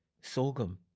sorghum